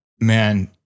man